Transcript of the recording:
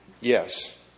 Yes